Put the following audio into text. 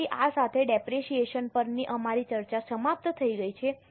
તેથી આ સાથે ડેપરેશીયેશન પરની અમારી ચર્ચા સમાપ્ત થઈ ગઈ છે